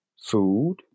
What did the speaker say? food